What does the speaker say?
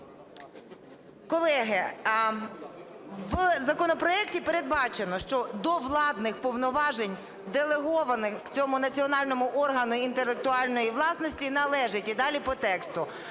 Колеги. В законопроекті передбачено, що "до владних повноважень делегованих цьому національному органу інтелектуальної власності належить" і далі по тексту.